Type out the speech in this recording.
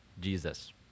Jesus